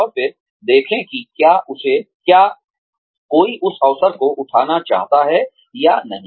और फिर देखें कि क्या कोई उस अवसर को उठाना चाहता है या नहीं